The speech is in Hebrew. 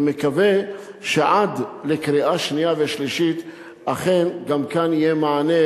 אני מקווה שעד לקריאה השנייה והשלישית גם כאן יהיה מענה,